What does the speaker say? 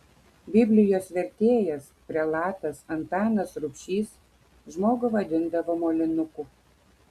biblijos vertėjas prelatas antanas rubšys žmogų vadindavo molinuku